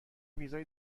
ویزای